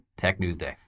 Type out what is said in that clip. TECHNEWSDAY